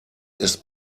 ist